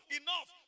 enough